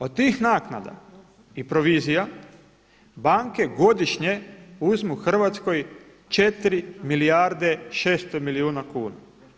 Od tih naknada i provizija banke godišnje uzmu Hrvatskoj 4 milijarde 600 milijuna kuna.